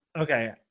Okay